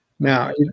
Now